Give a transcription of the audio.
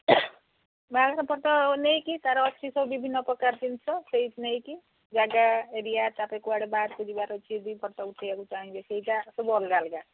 ବାହାଘର ଫଟୋ ନେଇକି ତା'ର ଅଛି ସବୁ ବିଭିନ୍ନପ୍ରକାର ଜିନିଷ ସେହି ନେଇକି ଜାଗା ଏରିଆ ତା'ପରେ କୁଆଡ଼େ ବାହାରକୁ ଯିବାର ଅଛି ଯଦି ଫଟୋ ଉଠାଇବାକୁ ଚାହିଁବେ ସେଇଟା ସବୁ ଅଲଗା ଅଲଗା